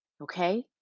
okay